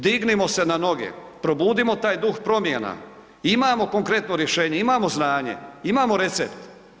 Dignimo se na noge, probudimo taj duh promjena, imamo konkretno rješenje, imamo znanje, imamo recept.